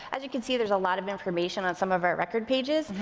as you can see, there's a lot of information on some of our record pages.